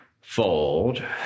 Fold